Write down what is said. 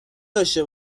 داشته